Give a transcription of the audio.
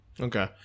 Okay